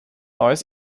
neues